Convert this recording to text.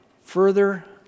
further